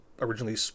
originally